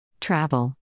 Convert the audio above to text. Travel